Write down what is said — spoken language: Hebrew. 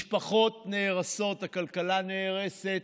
משפחות נהרסות, הכלכלה נהרסת,